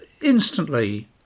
instantly